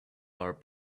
are